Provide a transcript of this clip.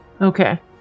Okay